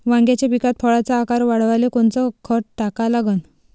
वांग्याच्या पिकात फळाचा आकार वाढवाले कोनचं खत टाका लागन?